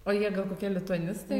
o jie gal koki lituanistai